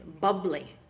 Bubbly